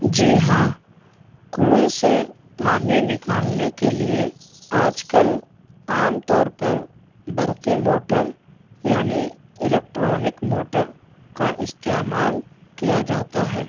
جی ہاں کنویں سے پانی نکالنے کے لیے آج کل عام طور پر برقی موٹر یعنی الیکٹرانک موٹر کا استعمال کیا جاتا ہے